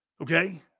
Okay